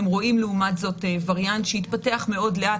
אתם רואים לעומת זאת וריאנט שהתפתח מאוד לאט,